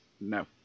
no